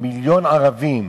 מיליון ערבים,